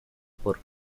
por